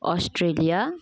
Australia